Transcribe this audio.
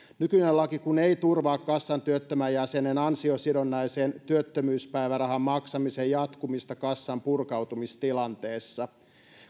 nykyinen laki kun ei turvaa kassan työttömän jäsenen ansiosidonnaisen työttömyyspäivärahan maksamisen jatkumista kassan purkautumistilanteessa